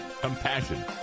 compassion